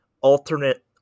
alternate